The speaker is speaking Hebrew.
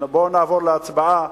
בואו נעבור להצבעה,